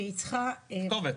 כתובת.